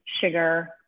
sugar